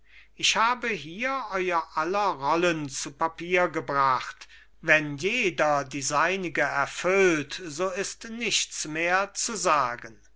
ich habe hier euer aller rollen zu papier gebracht wenn jeder die seinige erfüllt so ist nichts mehr zu sagen